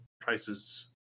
prices